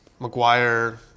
McGuire